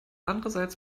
andererseits